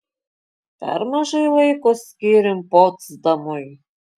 per mažai laiko skyrėm potsdamui